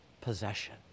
possession